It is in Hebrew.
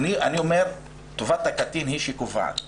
אני אומר, טובת הקטין היא שקובעת.